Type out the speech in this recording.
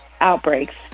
outbreaks